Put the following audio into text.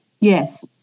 Yes